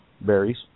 berries